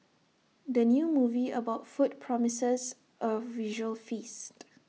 the new movie about food promises A visual feast